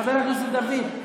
חבר הכנסת דוד?